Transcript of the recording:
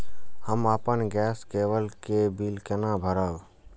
हम अपन गैस केवल के बिल केना भरब?